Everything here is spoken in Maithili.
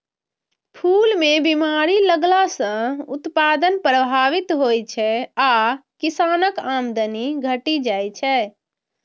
फूल मे बीमारी लगला सं उत्पादन प्रभावित होइ छै आ किसानक आमदनी घटि जाइ छै